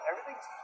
everything's